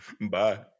bye